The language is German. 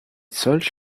solch